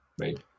right